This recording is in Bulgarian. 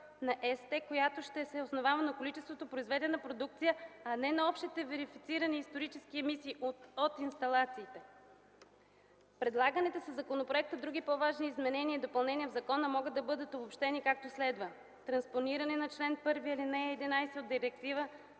на ЕСТЕ, която ще се основава на количество произведена продукция, а не на общите верифицирани исторически емисии от инсталациите. Предлаганите със законопроекта други по-важни изменения и допълнения в закона могат да бъдат обобщени, както следва: - транспониране на чл. 1, ал. 11 от Директива